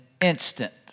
instant